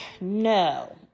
no